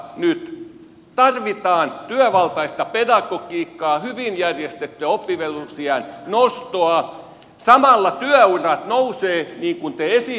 nyt tarvitaan työvaltaista pedagogiikkaa hyvin järjestettyä oppivelvollisuusiän nostoa samalla työurat nousevat niin kuin te esititte